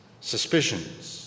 suspicions